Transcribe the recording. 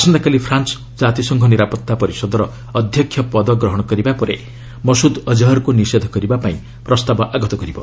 ଆସନ୍ତାକାଲି ଫ୍ରାନ୍ସ ଜାତିସଂଘ ନିରାପତ୍ତା ପରିଷଦର ଅଧ୍ୟକ୍ଷ ପଦ ଗ୍ରହଣ କରିବା ପରେ ମସୁଦ ଅଜହରଙ୍କୁ ନିଷେଧ କରିବା ପାଇଁ ପ୍ରସ୍ତାବ ଆଗତ କରିବ